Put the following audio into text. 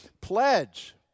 pledge